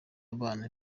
abana